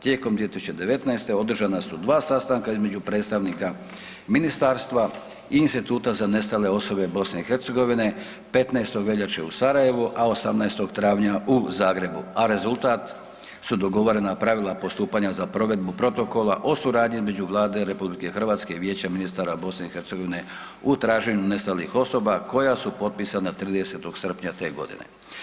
Tijekom 2019. održana su dva sastanka između predstavnika ministarstva i Instituta za nestale osobe BiH 15. veljače u Sarajevu, a 18. travnja u Zagrebu, a rezultat su dogovorena pravila postupanja za provedbu Protokola o suradnji između Vlade RH i Vijeća ministara BiH u traženju nestalih osoba koja su potpisana 30. srpnja te godine.